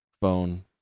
phone